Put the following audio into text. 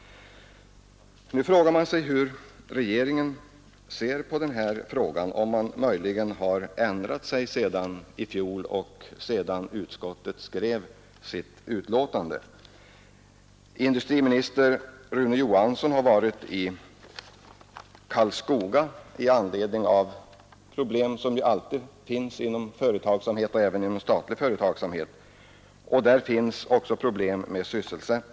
Nu frågar man sig hur regeringen ser på denna fråga — om den möjligen har ändrat sig sedan i fjol eller sedan utskottet i år skrev sitt betänkande. Industriminister Rune Johansson har varit i Karlskoga i anledning av problem som alltid finns inom företagsamhet, även statlig sådan.